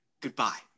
Goodbye